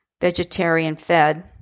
vegetarian-fed